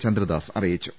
ചന്ദ്രദാസ് അറിയിച്ചു